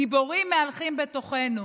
גיבורים מהלכים בתוכנו.